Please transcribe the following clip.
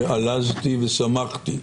עלזתי ושמחתי.